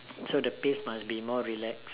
so the pace must be more relaxed